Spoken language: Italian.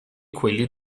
quelli